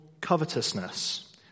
covetousness